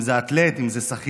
אם זה אתלט, אם זה שחיין.